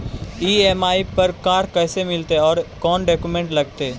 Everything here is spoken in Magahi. ई.एम.आई पर कार कैसे मिलतै औ कोन डाउकमेंट लगतै?